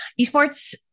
esports